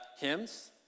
hymns